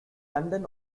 london